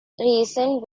recent